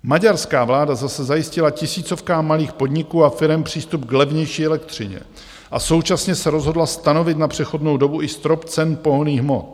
Maďarská vláda zase zajistila tisícovkám malých podniků a firem přístup k levnější elektřině a současně se rozhodla stanovit na přechodnou dobu i strop cen pohonných hmot.